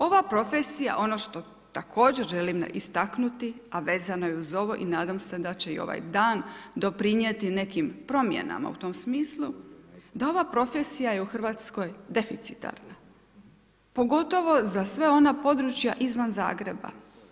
Ova profesija ono što također želim istaknuti, a vezano je uz ovo i nadam se da će i ovaj dan doprinijeti nekim promjenama u tom smislu, da ova profesija je u Hrvatskoj deficitarna pogotovo za sva ona područja izvan Zagreba.